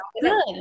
good